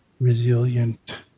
resilient